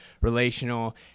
relational